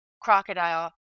crocodile